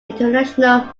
international